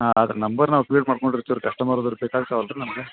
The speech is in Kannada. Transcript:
ಹಾಂ ಆದ್ರೆ ನಂಬರ್ ನಾವು ಫೀಡ್ ಮಾಡ್ಕೊಂಡಿರ್ತೀವಿ ರೀ ಕಸ್ಟಮರದ್ದು ರೀ ಬೇಕಾಗ್ತಾವಲ್ಲ ರೀ ನಮ್ಗೆ